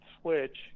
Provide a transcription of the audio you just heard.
switch